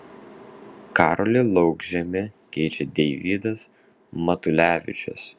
karolį laukžemį keičia deivydas matulevičius